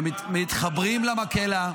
שמתחברים למקהלה.